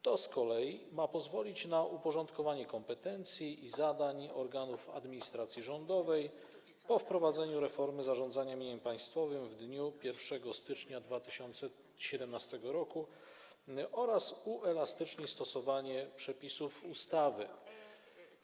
To z kolei ma pozwolić uporządkować kompetencje i zadania organów administracji rządowej po wprowadzeniu reformy zarządzania mieniem państwowym w dniu 1 stycznia 2017 r. oraz uelastycznić stosowanie przepisów ustawy.